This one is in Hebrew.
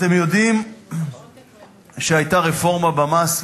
אתם יודעים שהיתה רפורמה במס,